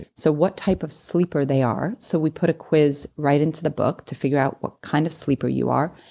so what type of sleeper they are so we put a quiz right into the book to figure out what kind of sleeper you are.